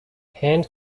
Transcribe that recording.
hand